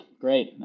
great